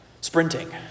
sprinting